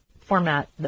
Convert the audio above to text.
format